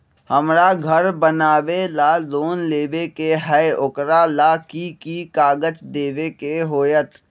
हमरा घर बनाबे ला लोन लेबे के है, ओकरा ला कि कि काग़ज देबे के होयत?